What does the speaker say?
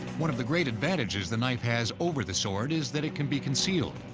one of the great advantages the knife has over the sword is that it can be concealed.